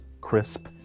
Crisp